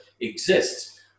exists